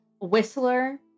Whistler